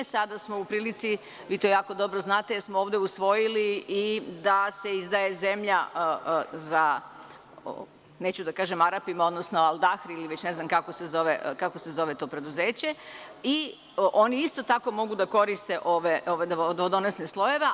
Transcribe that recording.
Sada smo u prilici, vi to vrlo dobro znate, jer smo ovde usvojili da se zemlja izdaje, neću da kažem Arapima, odnosno „Al Dahri“, ne znam kako se već zove to preduzeće, pa oni isto tako mogu da koriste ove vodonosne slojeve.